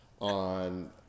on